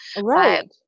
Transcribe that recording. right